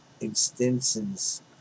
extensions